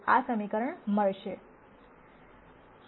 આ સમીકરણ મળશે